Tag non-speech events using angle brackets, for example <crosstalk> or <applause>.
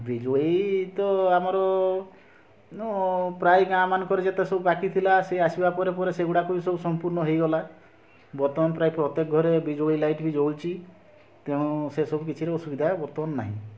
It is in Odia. ବିଜୁଳି ତ ଆମର <unintelligible> ପ୍ରାୟ ଗାଁ ମାନଙ୍କରେ ଯେତେ ସବୁ ବାକି ଥିଲା ସିଏ ଆସିବା ପରେ ପରେ ସେଗୁଡ଼ାକ ବି ସବୁ ସମ୍ପୂର୍ଣ୍ଣ ହେଇଗଲା ବର୍ତ୍ତମାନ ପ୍ରାୟେ ପ୍ରତ୍ୟେକ ଘରେ ବିଜୁଳି ଲାଇଟ୍ ବି ଜଳୁଛି ତେଣୁ ସେ ସବୁ କିଛିର ଅସୁବିଧା ବର୍ତ୍ତମାନ ନାହିଁ